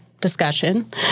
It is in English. discussion